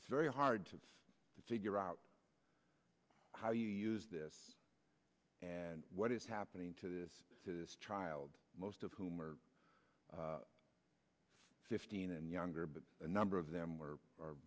it's very hard to figure out how you use this and what is happening to this child most of whom are fifteen and younger but a number of them were